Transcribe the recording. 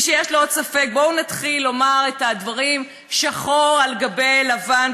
בואו נתחיל לומר את הדברים שחור על גבי לבן,